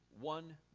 one